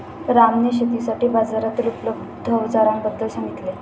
रामने शेतीसाठी बाजारातील उपलब्ध अवजारांबद्दल सांगितले